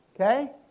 okay